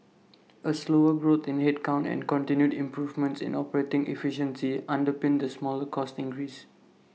A slower growth in headcount and continued improvements in operating efficiency underpinned the smaller cost increase